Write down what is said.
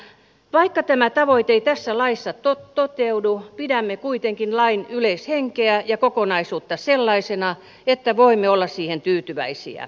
vaikka tämä tavoite ei tässä laissa toteudu pidämme kuitenkin lain yleishenkeä ja kokonaisuutta sellaisena että voimme olla siihen tyytyväisiä